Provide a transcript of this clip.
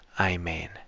Amen